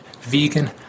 vegan